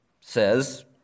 says